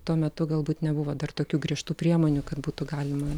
tuo metu galbūt nebuvo dar tokių griežtų priemonių kad būtų galima